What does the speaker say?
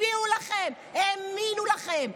הצביעו לכם, האמינו לכם?